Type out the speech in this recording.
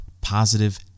positive